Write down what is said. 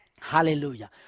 Hallelujah